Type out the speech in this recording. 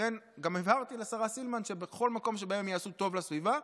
לכן גם הבהרתי לשרה סילמן שבכל מקום שהם יעשו טוב לסביבה,